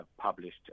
published